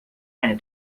eine